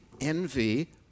envy